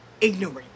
ignorant